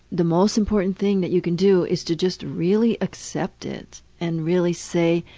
the most important thing that you can do is to just really accept it and really say,